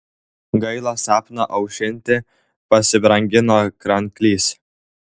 gaila snapą aušinti pasibrangino kranklys